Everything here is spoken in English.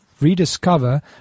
rediscover